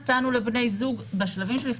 נתנו לבני זוג להיכנס,